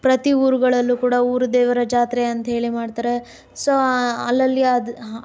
ಪ್ರತಿ ಊರುಗಳಲ್ಲೂ ಕೂಡ ಊರು ದೇವರ ಜಾತ್ರೆ ಅಂಥೇಳಿ ಮಾಡ್ತಾರೆ ಸೊ ಅಲ್ಲಲ್ಲಿ ಅದು